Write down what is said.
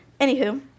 anywho